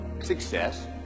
success